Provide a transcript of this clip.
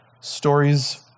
Stories